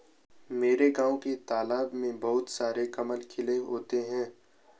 मेरे गांव के तालाब में बहुत सारे कमल खिले होते हैं